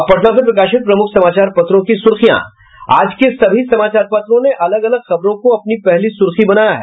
अब पटना से प्रकाशित प्रमुख समाचार पत्रों की सुर्खियां आज के सभी समाचार पत्रों ने अलग अलग खबरों को अपने पहली सूर्खी बनाया है